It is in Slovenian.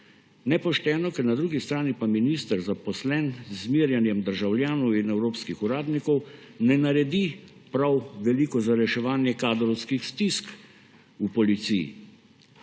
Nepošteno, ker na drugi strani pa minister zaposlen z zmerjanjem državljanov in evropskih uradnikov, ne naredi prav veliko za reševanje kadrovskih stisk v policiji.